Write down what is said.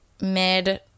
mid